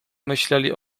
myśleli